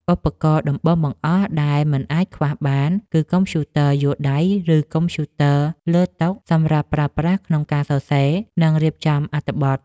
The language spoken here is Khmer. ឧបករណ៍ដំបូងបង្អស់ដែលមិនអាចខ្វះបានគឺកុំព្យូទ័រយួរដៃ ឬកុំព្យូទ័រលើតុសម្រាប់ប្រើប្រាស់ក្នុងការសរសេរ និងរៀបចំអត្ថបទ។